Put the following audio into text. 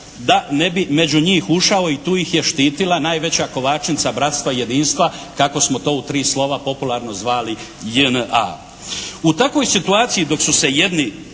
da ne bi među njih ušao i tu ih je štitila najveća kovačnica bratska i jedinstva kako smo to u tri slova popularno zvali JNA. U takvoj situaciji dok su jedni